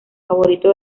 favorito